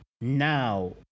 now